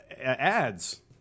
ads